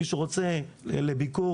מי שרוצה להצטרף לביקור,